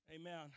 Amen